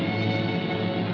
and